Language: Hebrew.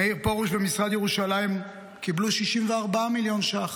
מאיר פרוש ומשרד ירושלים קיבלו 64 מיליון ש"ח,